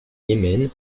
yémen